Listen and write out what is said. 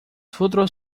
frutos